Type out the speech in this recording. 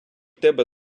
тебе